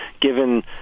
Given